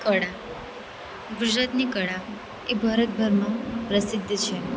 કળા ગુજરાતની કળા એ ભારતભરમાં પ્રસિદ્ધ છે